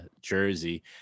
jersey